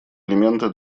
элементы